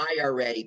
IRA